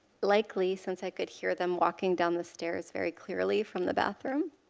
likely, since i could hear them walking down the stairs very clearly from the bathroom.